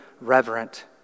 reverent